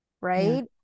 right